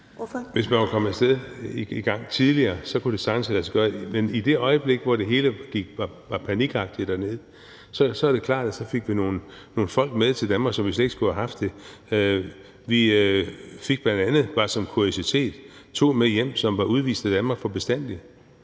(DF): Hvis man var kommet i gang tidligere, havde det sagtens kunnet lade sig gøre. Men i det øjeblik, hvor det hele var panikagtigt, er det klart, at man fik nogle folk med til Danmark, som vi slet ikke skulle have haft med. Vi fik bl.a. – bare som en kuriositet – to med hjem, som er udvist fra Danmark for bestandig.